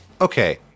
Okay